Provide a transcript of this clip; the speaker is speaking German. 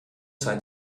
zeit